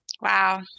wow